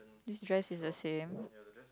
this dress is the same